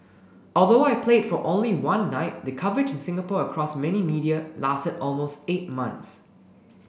although I played for only one night the coverage in Singapore across many media lasted almost eight months